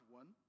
one